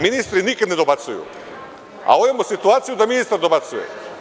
Ministri nikad ne dobacuju, a ovde imamo situaciju da ministar dobacuje.